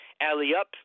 alley-up